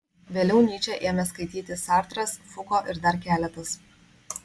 vėliau nyčę ėmė skaityti sartras fuko ir dar keletas